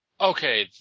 Okay